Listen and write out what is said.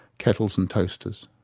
kettles and toasters.